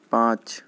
پانچ